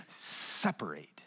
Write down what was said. separate